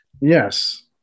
yes